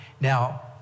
Now